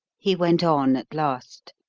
he went on at last,